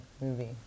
movie